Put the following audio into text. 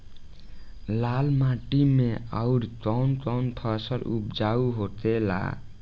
लाल माटी मे आउर कौन कौन फसल उपजाऊ होखे ला?